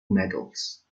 medals